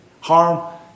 harm